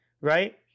Right